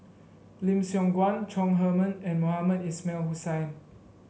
Lim Siong Guan Chong Heman and Mohamed Ismail Hussain